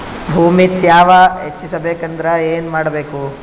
ಭೂಮಿ ತ್ಯಾವ ಹೆಚ್ಚೆಸಬೇಕಂದ್ರ ಏನು ಮಾಡ್ಬೇಕು?